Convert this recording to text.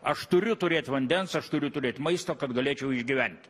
aš turiu turėt vandens aš turiu turėt maisto kad galėčiau išgyventi